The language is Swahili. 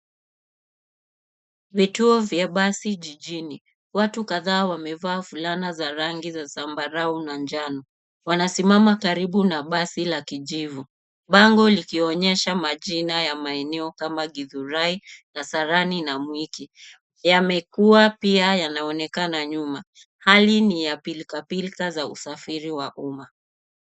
Vituo vya basi jijini. Watu kadhaa wamevaa fulana za rangi za zambarau na njano. Wanasimama karibu na basi la kijivu. Bango likionyesha majina ya maeneo kama Githurai, Kasarani na Mwiki. Yamekuwa pia yanaonekana nyuma. Hali ni ya pilikapilika za usafiri wa umma.